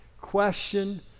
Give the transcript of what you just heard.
question